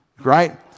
right